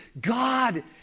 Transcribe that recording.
God